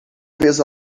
vez